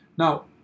Now